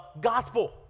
gospel